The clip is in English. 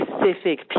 specific